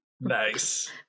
Nice